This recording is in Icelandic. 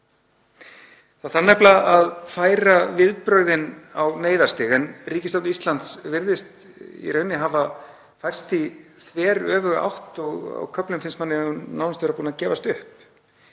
Það þarf nefnilega að færa viðbrögðin á neyðarstig en ríkisstjórn Íslands virðist í rauninni hafa færst í þveröfuga átt og á köflum finnst manni hún nánast vera búin að gefast upp